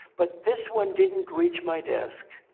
but this one didn't reach my desk.